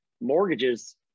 mortgages